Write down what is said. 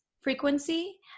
frequency